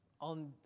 on